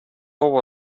all